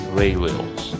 railways